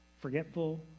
forgetful